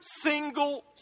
single